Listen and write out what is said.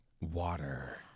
Water